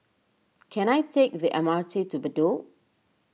can I take the M R T to Bedok